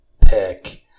pick